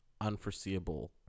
unforeseeable